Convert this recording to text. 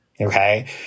Okay